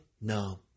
No